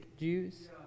Jews